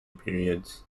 periods